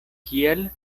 kial